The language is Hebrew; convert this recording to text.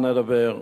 מה נדבר?